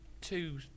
Two